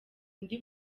ndi